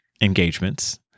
engagements